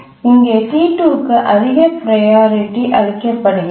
இங்கே T2 க்கு அதிக ப்ரையாரிட்டி அளிக்கப்படுகிறது